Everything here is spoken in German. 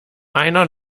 einer